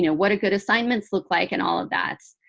you know what a good assignments look like and all of that.